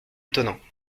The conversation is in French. étonnants